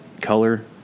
color